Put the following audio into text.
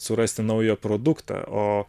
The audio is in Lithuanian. surasti naują produktą o